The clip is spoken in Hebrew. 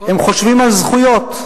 הם חושבים על זכויות,